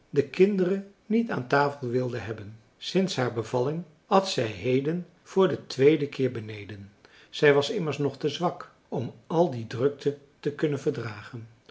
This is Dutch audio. de kinderen niet aan tafel wilde hebben sinds haar bevalling at zij heden voor den tweeden keer beneden zij was immers nog te zwak om al die drukte te kunnen verdragen